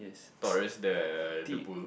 Taurus the the bull